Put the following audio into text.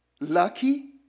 Lucky